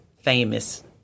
famous